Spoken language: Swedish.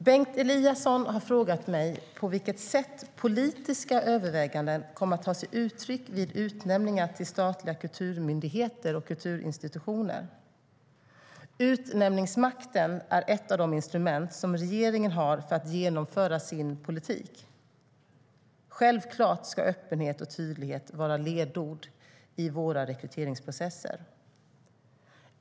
Herr talman! Bengt Eliasson har frågat mig på vilket sätt politiska överväganden kommer att ta sig uttryck vid utnämningar till statliga kulturmyndigheter och kulturinstitutioner. Utnämningsmakten är ett av de instrument som regeringen har för att genomföra sin politik. Självklart ska öppenhet och tydlighet vara ledord i våra rekryteringsprocesser.